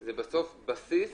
זה בסוף בסיס